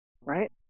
Right